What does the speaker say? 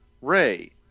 Ray